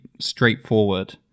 straightforward